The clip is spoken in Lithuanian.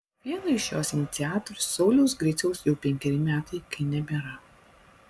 vieno iš jos iniciatorių sauliaus griciaus jau penkeri metai kai nebėra